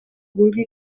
vulgui